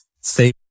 say